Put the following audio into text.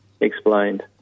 explained